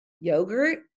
yogurt